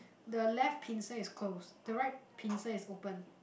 the left pincer is closed the right pincer is open